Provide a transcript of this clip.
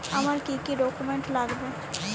আমার কি কি ডকুমেন্ট লাগবে?